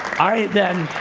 i then